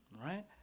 Right